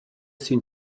sün